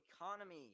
economy